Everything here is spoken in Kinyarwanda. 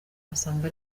wasanga